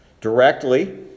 directly